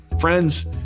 Friends